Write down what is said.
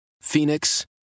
Phoenix